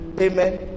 Amen